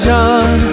John